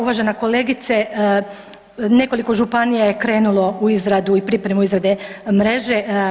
Uvažena kolegice nekoliko županija je krenulo u izradu i pripremu izrade mreže.